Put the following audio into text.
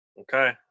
Okay